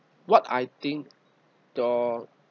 what I think your